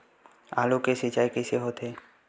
आलू के सिंचाई कइसे होथे?